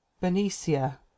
benicia